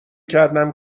کردم